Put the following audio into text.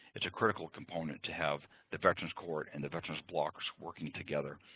it's a critical component to have the veterans court and the veterans blocks working together.